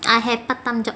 I have part time job